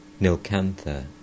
Nilkantha